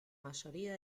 mayoría